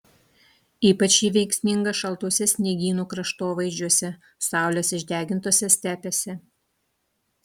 ypač ji veiksminga šaltuose sniegynų kraštovaizdžiuose saulės išdegintose stepėse